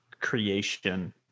creation